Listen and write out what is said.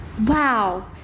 Wow